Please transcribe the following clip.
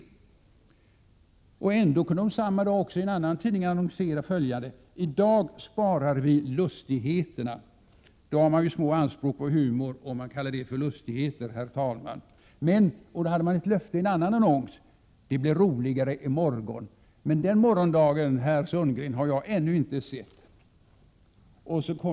I en annan tidning samma dag hade spardelegationen följande annons införd: ”Idag sparar vi lustigheterna.” Den som kallar det för lustigheter har små anspråk på humor. I en annan annons gav man följande löfte: ”Det blir roligare i morgon.” Den morgondagen, Roland Sundgren, har jag ännu inte sett.